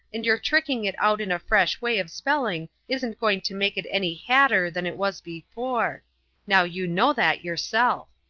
and your tricking it out in a fresh way of spelling isn't going to make it any hadder than it was before now you know that yourself.